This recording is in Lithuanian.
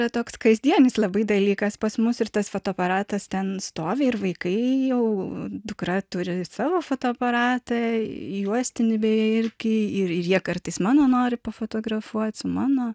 bet toks kasdienis labai dalykas pas mus ir tas fotoaparatas ten stovi ir vaikai jau dukra turi savo fotoaparatą juostinį beje irgi ir jie kartais mano nori pafotografuot su mano